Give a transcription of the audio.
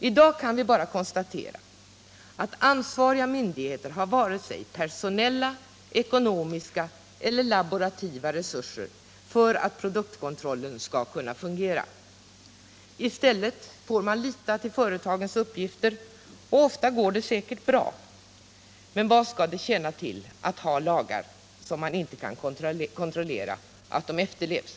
I dag kan vi bara konstatera att ansvariga myndigheter inte har vare sig personella, ekonomiska eller laborativa resurser för att produktkontrollen skall kunna fungera. I stället får man lita till företagens uppgifter, och ofta går det säkert bra. Men vad skall det tjäna till att ha lagar om man inte kan kontrollera att de efterlevs?